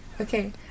Okay